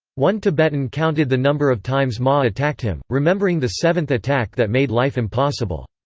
one tibetan counted the number of times ma attacked him, remembering the seventh attack that made life impossible.